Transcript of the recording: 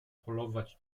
polować